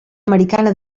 americana